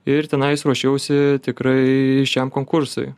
ir tenais ruošiausi tikrai šiam konkursui